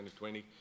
2020